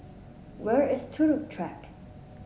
where is Turut Track